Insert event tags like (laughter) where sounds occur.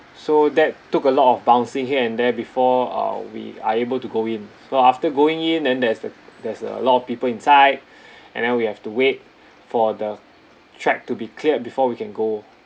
so that took a lot of bouncing here and there before uh we are able to go in go so after going in and there's a there's a lot of people inside (breath) and then we have to wait for the track to be cleared before we can go